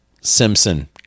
Simpson